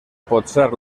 potser